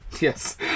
Yes